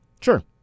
Sure